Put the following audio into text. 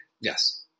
Yes